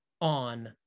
on